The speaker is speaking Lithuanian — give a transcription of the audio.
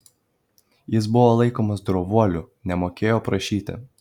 jis buvo laikomas drovuoliu nemokėjo prašyti